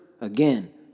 Again